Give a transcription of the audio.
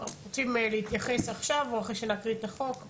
רוצים להתייחס עכשיו או אחרי שנקריא את החוק?